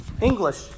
English